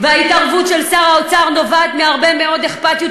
וההתערבות של שר האוצר נובעת מהרבה מאוד אכפתיות,